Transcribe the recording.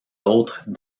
autres